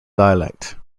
dialect